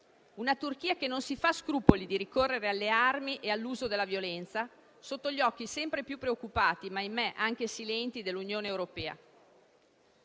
una Turchia che non si fa scrupoli di ricorrere alle armi e all'uso della violenza, sotto gli occhi sempre più preoccupati - ahimè anche silenti - dell'Unione europea.